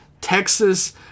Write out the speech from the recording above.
Texas